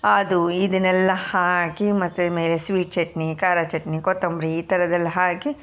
ಅದು ಇದನ್ನೆಲ್ಲ ಹಾಕಿ ಮತ್ತು ಮೇಲೆ ಸ್ವೀಟ್ ಚಟ್ನಿ ಖಾರ ಚಟ್ನಿ ಕೊತ್ತಂಬರಿ ಈ ಥರದ್ದೆಲ್ಲ ಹಾಕಿ